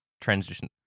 transition